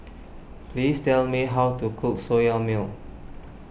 please tell me how to cook Soya Milk